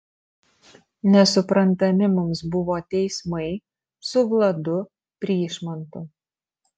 nesuprantami mums buvo teismai su vladu pryšmantu